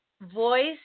Voice